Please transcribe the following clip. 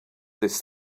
this